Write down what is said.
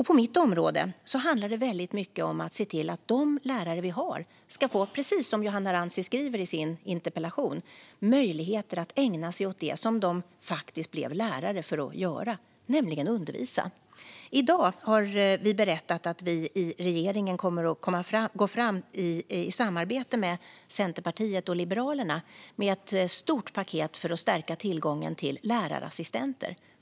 På mitt område handlar det mycket om att se till att de lärare vi har ska få, precis Johanna Rantsi skriver i interpellationen, möjlighet att ägna sig åt det som de faktiskt blev lärare för, nämligen att undervisa. I dag har vi i regeringen berättat att vi i samarbete med Centerpartiet och Liberalerna kommer att gå fram med ett stort paket för att stärka tillgången till lärarassistenter.